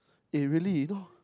eh really you know